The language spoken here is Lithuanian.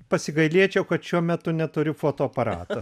pasigailėčiau kad šiuo metu neturiu fotoaparato